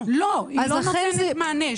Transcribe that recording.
לא, היא לא נותנת מענה.